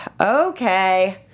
Okay